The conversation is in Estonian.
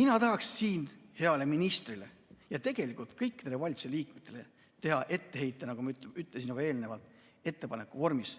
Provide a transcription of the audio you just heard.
Mina tahaks siin heale ministrile ja tegelikult kõikidele valitsuse liikmetele teha etteheite, nagu ma ütlesin juba eelnevalt, ettepaneku vormis